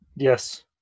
Yes